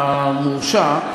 המורשע,